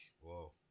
whoa